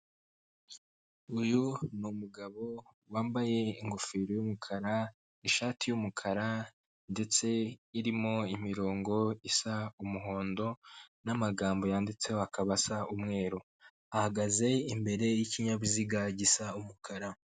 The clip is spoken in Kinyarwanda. Uyu ni umugabo wambaye ingofero y'umukara, ishati y'umukara ndetse irimo imirongo isa umuhondo n'amagambo yanditseho akabasa umweru, ahagaze imbere y'ikinyabiziga gisa umukara.